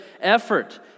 effort